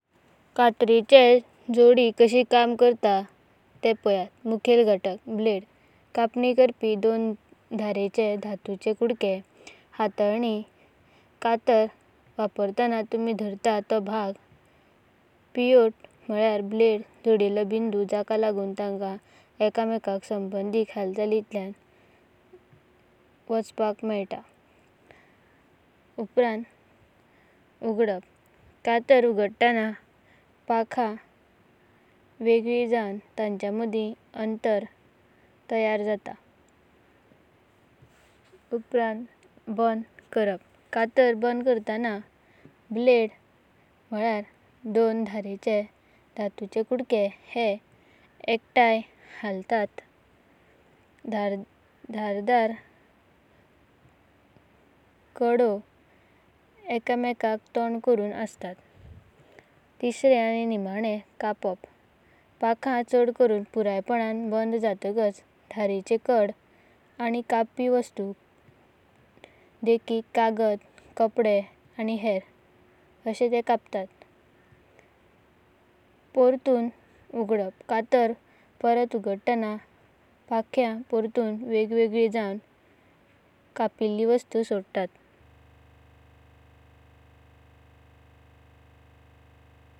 कटारांची जोडि काशी काम करात ते पायतामुखेल घटक। ब्लेड कपाणी करपी दोन धारेचें धातुचें कुदके। हातलांनि कटर वापरताना तुमी धरतात ते भाग। पिव्होत म्हलयेर ब्लेड जोडिल्ले बिन्दु, जका लागून तांका एकामेकांच्या सम्बंदित हालाचलितलयां वाचनाक मेळात। उप्रांत कटार उगाडप कटार उगडताना पक्षाम वेंगालीं जावन तांचेमादिन आंतर तयार जात। उप्रांत बंद करप कटार बंद करताना ब्लेड म्हलयेर दोन धातुचें कुदके हे धारेचें एकाथान्य हालातात। धरादर खोडून एकामेकांका तोंड करुन असतात। कपापा पखं चड करुन पुरायापणान बंद जातकां। च धारेचें कंथां मेळतात आनि कापापि वस्तु देखिका कागद, कपडे आनि हेर कापतात। परतून उगाडप कटार परत उगडताना पख्यां परतून वेगवेगलीं जावन कपल्लीं वस्तु सडतात।